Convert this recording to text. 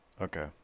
Okay